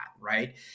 right